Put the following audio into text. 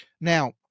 Now